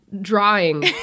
drawing